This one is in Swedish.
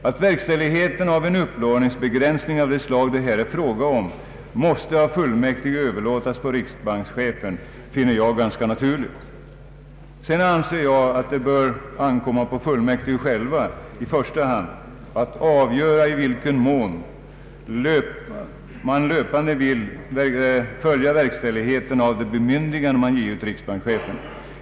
Att verkställigheten av en upplåningsbegränsning av det slag det här är fråga om måste av fullmäktige överlåtas på riksbankschefen finner jag ganska naturligt. Sedan anser jag att det bör ankomma på fullmäktige själva i första hand att avgöra i vilken mån man löpande vill följa verkställigheten av det bemyndigande man givit riksbankschefen.